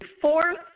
fourth